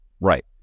right